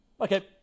Okay